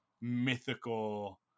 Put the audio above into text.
mythical